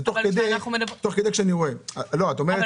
זה תוך כדי נסיעה כשאני רואה את העומסים.